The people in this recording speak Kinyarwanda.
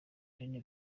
aline